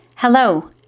Hello